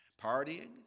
partying